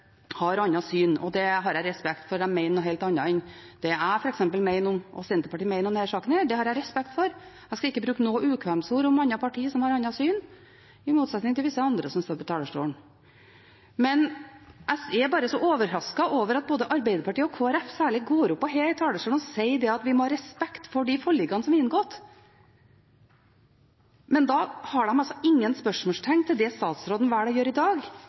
har et annet syn, og det har jeg respekt for. De mener noe helt annet enn det f.eks. jeg og Senterpartiet mener om denne saken. Det har jeg respekt for. Jeg skal ikke bruke ukvemsord om andre partier som har andre syn, i motsetning til visse andre som står på talerstolen. Men jeg er bare så overrasket over at både Arbeiderpartiet og Kristelig Folkeparti – særlig – går opp på denne talerstolen og sier at vi må ha respekt for de forlikene som er inngått. Men de har altså ingen spørsmål til det statsråden velger å gjøre i dag,